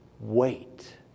wait